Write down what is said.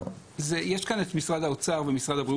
יש כאן את משרד האוצר ומשרד הבריאות.